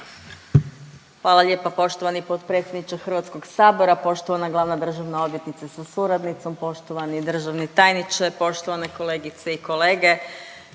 Hvala lijepa poštovani potpredsjedniče HS-a, poštovana glavna državna odvjetnice sa suradnicom, poštovani državni tajniče, poštovane kolegice i kolege.